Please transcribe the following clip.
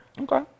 okay